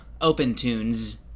OpenTunes